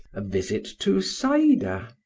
a visit to saida,